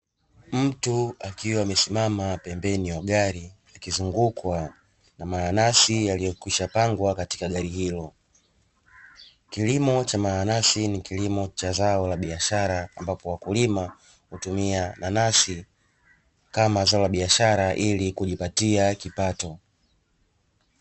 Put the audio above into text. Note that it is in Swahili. Mtu akiwa amesimama pembeni ya gari likizungukwa na mananasi yaliyokwisha pangwa katika gari hilo, kilimo cha mananasi ni kilimo cha zao la biashara ambapo wakulima hutumia nanasi kama zao la biashara ili kujipatia kipato.